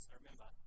remember